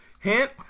Hint